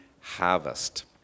Harvest